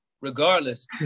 regardless